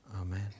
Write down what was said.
Amen